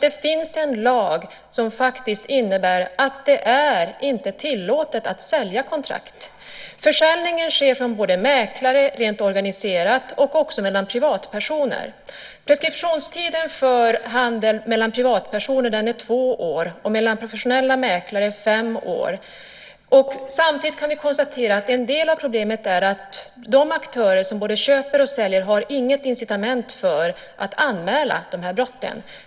Det finns ju faktiskt en lag som innebär att det inte är tillåtet att sälja kontrakt. Försäljningen sker både från mäklare, rent organiserat, och mellan privatpersoner. Preskriptionstiden för handel mellan privatpersoner är två år och mellan professionella mäklare fem år. Samtidigt kan vi konstatera att en del av problemet är att de aktörer som både köper och säljer inte har något incitament för att anmäla de här brotten.